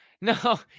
No